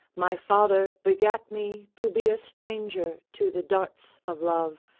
my father begat me to be a stranger to the darts of love,